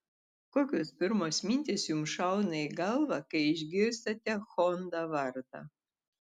kokios pirmos mintys jums šauna į galvą kai išgirstate honda vardą